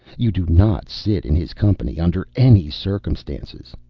you do not sit in his company under any circumstances.